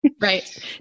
right